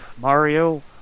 Mario